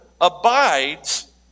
abides